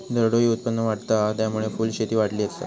दरडोई उत्पन्न वाढता हा, त्यामुळे फुलशेती वाढली आसा